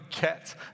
get